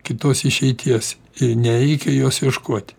kitos išeities ir nereikia jos ieškoti